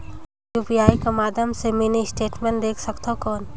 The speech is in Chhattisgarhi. यू.पी.आई कर माध्यम से मिनी स्टेटमेंट देख सकथव कौन?